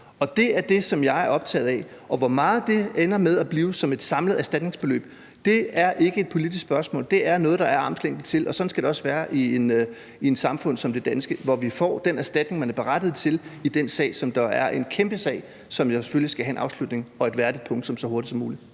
Det er det, som jeg er optaget af. Hvor meget det ender med at blive som et samlet erstatningsbeløb, er ikke et politisk spørgsmål; det er noget, der er armslængde til, og sådan skal det også være i et samfund som det danske, hvor man får den erstatning, man er berettiget til, i den sag, der er en kæmpe sag, som jo selvfølgelig skal have en afslutning og et værdigt punktum så hurtigt som muligt.